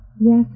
Yes